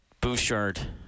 Bouchard